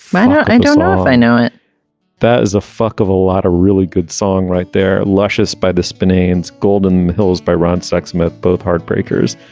but i don't know if i know it that is a fuck of a lot of really good song right there. luscious by the spinning and golden hills by ron sexsmith both heartbreakers.